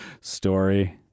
Story